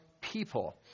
people